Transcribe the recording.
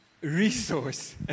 resource